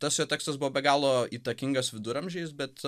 tas jo tekstas buvo be galo įtakingas viduramžiais bet